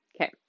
Okay